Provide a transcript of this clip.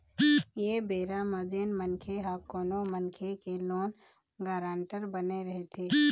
ऐ बेरा म जेन मनखे ह कोनो मनखे के लोन गारेंटर बने रहिथे